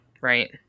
Right